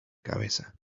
cabeza